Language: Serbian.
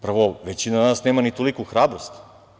Prvo, većina nas nema ni toliku hrabrost.